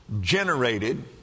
generated